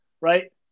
right